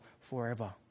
forever